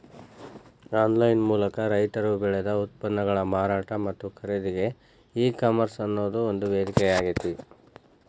online ಮೂಲಕ ರೈತರು ಬೆಳದ ಉತ್ಪನ್ನಗಳ ಮಾರಾಟ ಮತ್ತ ಖರೇದಿಗೆ ಈ ಕಾಮರ್ಸ್ ಅನ್ನೋದು ಒಂದು ವೇದಿಕೆಯಾಗೇತಿ